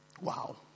wow